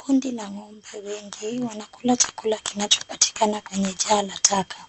Kundi la ng'ombe wengi. Wanakula chakula kinacho patikana kwenye jaa la taka.